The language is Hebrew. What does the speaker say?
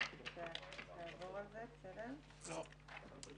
בשעה 11:00.